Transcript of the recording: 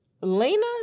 Lena